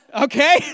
Okay